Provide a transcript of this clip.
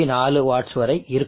4 watts வரை இருக்கும்